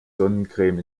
sonnencreme